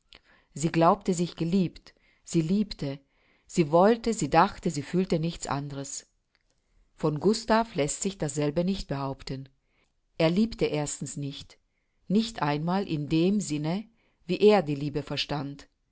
sie glaubte sich geliebt sie liebte sie wollte sie dachte sie fühlte nichts anderes von gustav läßt sich dasselbe nicht behaupten er liebte erstens nicht nicht einmal in dem sinne wie er die liebe verstand